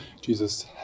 Jesus